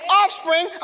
offspring